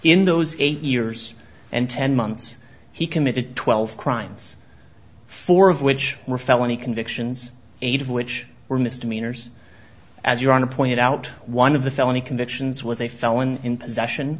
in those eight years and ten months he committed twelve crimes four of which were felony convictions eight of which were misdemeanors as your honor pointed out one of the felony convictions was a felon in possession